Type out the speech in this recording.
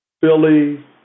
Philly